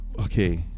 Okay